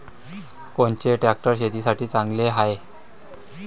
कोनचे ट्रॅक्टर शेतीसाठी चांगले हाये?